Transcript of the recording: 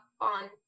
on